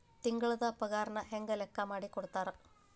ತಿಂಗಳದ್ ಪಾಗಾರನ ಹೆಂಗ್ ಲೆಕ್ಕಾ ಮಾಡಿ ಕೊಡ್ತಾರಾ